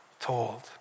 told